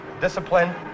discipline